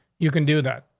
you can do that.